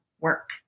work